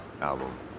album